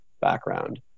background